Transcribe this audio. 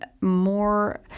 more